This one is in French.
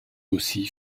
aussi